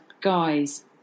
guys